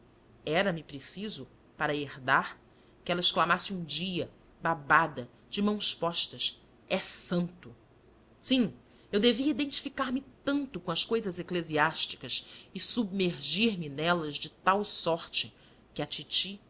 exemplar era-me preciso para herdar que ela exclamasse um dia babada de mãos postas e santo sim eu devia identificar me tanto com as cousas eclesiásticas e submergir me nelas de tal sorte que a titi